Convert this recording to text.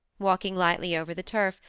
walking lightly over the turf,